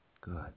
Good